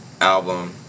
album